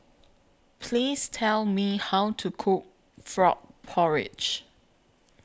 Please Tell Me How to Cook Frog Porridge